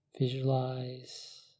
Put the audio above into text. Visualize